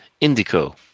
Indigo